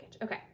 Okay